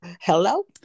Hello